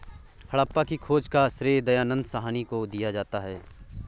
हड़प्पा की खोज का श्रेय दयानन्द साहनी को दिया जाता है